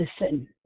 Listen